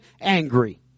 angry